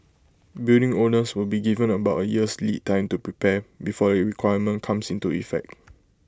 building owners will be given about A year's lead time to prepare before the requirement comes into effect